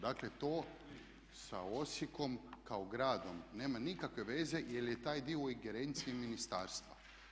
Dakle, to sa Osijekom kao gradom nema nikakve veze jer je taj dio u ingerenciji ministarstva.